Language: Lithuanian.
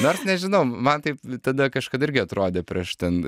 nors nežinau man taip tada kažkada irgi atrodė prieš ten